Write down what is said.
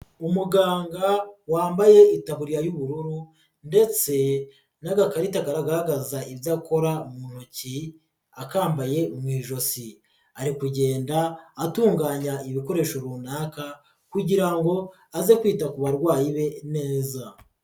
Umuganga wambaye itaburiya y'ubururu ndetse n'agakarita kagaragaza ibyo akora mu ntoki akambaye mu ijosi, ari kugenda atunganya ibikoresho runaka kugira ngo aze kwita ku barwayi be neza.